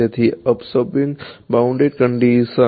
તેથી absorbing boundary condition